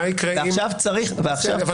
אני